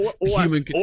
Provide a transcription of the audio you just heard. Human